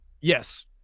Yes